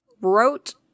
wrote